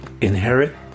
inherit